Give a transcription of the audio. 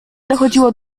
dochodziło